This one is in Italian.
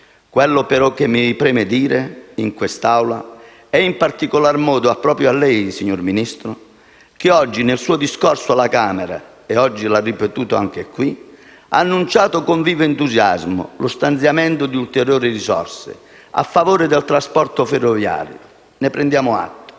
Quello però che mi preme dire in quest'Aula e in particolare proprio a lei, signor Ministro, che oggi nel suo discorso alla Camera e poi anche qui ha annunciato con vivo entusiasmo lo stanziamento di ulteriori risorse a favore del trasporto ferroviario, di cui prendiamo atto,